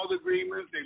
agreements